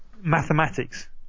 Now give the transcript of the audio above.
mathematics